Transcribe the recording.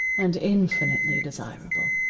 and infinitely desirable.